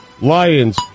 Lions